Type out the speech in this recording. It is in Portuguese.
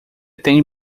tem